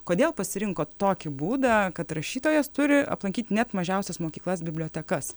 kodėl pasirinkot tokį būdą kad rašytojas turi aplankyt net mažiausias mokyklas bibliotekas